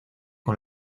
con